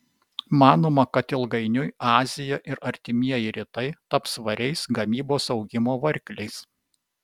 manoma kad ilgainiui azija ir artimieji rytai taps svariais gamybos augimo varikliais